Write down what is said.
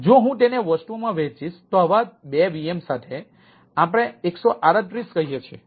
જો હું તેને વસ્તુઓમાં વહેંચીશ તો આવા 2 VM સાથે આપણે 138 કહીએ છીએ